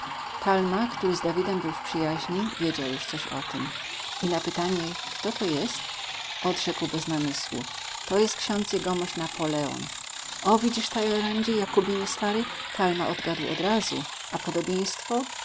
talma który z davidem był w przyjaźni wiedział już coś o tym i na pytanie kto to jest odrzekł bez namysłu to jest ksiądz jegomość napoleon o widzisz taylerandzie jakóbinie stary talma odgadł od razu a podobieństwo